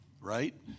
Right